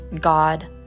god